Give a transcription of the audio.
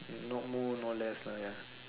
not more not less lah ya